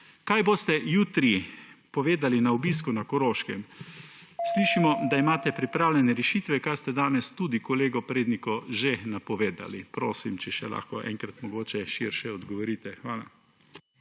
Kaj boste jutri povedali na obisku na Koroškem? Slišimo, da imate pripravljene rešitve, kar ste danes tudi kolegu Predniku že napovedali. Prosim, če lahko še enkrat mogoče širše odgovorite. Hvala.